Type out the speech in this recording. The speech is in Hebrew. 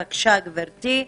בבקשה, גברתי.